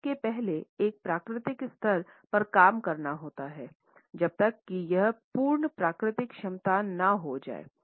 आवाज़ को पहले एक प्राकृतिक स्तर पर काम करना होता है जब तक कि यह पूर्ण प्राकृतिक क्षमता न हो जाए